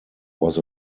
was